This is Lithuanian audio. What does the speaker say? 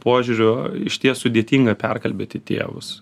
požiūriu išties sudėtinga perkalbėti tėvus